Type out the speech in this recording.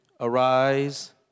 Arise